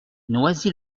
noisy